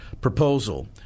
proposal